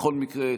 בכל מקרה,